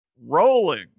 Rolling